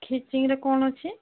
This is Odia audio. ଖିଚିଙ୍ଗରେ କ'ଣ ଅଛି